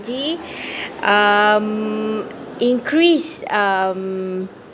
~gy um increase um